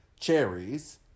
cherries